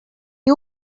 you